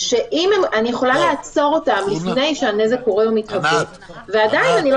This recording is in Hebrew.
אני יכולה לעצור אותם לפני שהנזק קורה ומתהווה ועדיין אני לא